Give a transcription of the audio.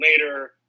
later